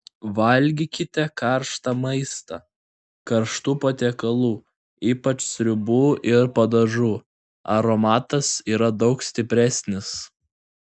valgykite karštą maistą karštų patiekalų ypač sriubų ir padažų aromatas yra daug stipresnis